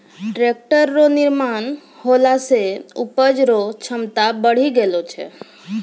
tractor रो निर्माण होला से उपज रो क्षमता बड़ी गेलो छै